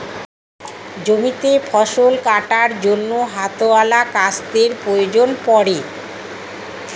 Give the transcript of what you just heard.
জমিতে ফসল কাটার জন্য হাতওয়ালা কাস্তের প্রয়োজন পড়ে